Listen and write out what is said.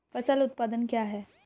फसल उत्पादन क्या है?